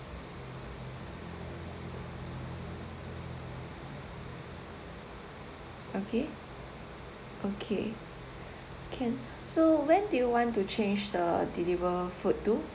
okay okay can so when do you want to change the deliver food to